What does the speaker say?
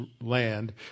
land